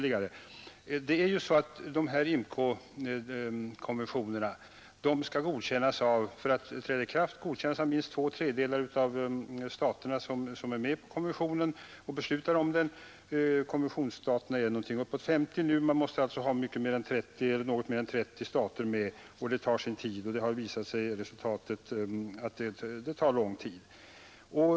IMCO-konventionerna skall för att träda i kraft godkännas av minst två tredjedelar av de stater som är med och beslutar om dem. Konventionsstaterna är nu omkring 50 stycken, och något mer än 30 stater måste alltså godkänna varje konvention, och det tar sin tid.